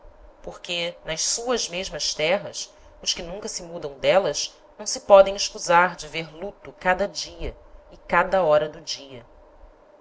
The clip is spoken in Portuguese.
porque nas suas mesmas terras os que nunca se mudam d'éllas não se podem escusar de ver luto cada dia e cada hora do dia